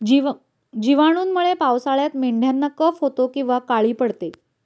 जिवाणूंमुळे पावसाळ्यात मेंढ्यांना कफ होतो किंवा काळी पडते